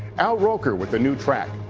al roker with the new track.